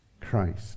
Christ